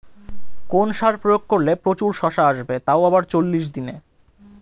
কোন সার প্রয়োগ করলে প্রচুর শশা আসবে তাও আবার চল্লিশ দিনে?